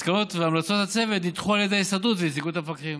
מסקנות והמלצות הצוות נדחו על ידי הסתדרות ונציגות המפקחים.